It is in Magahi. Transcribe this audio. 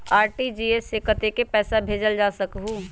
आर.टी.जी.एस से कतेक पैसा भेजल जा सकहु???